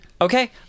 Okay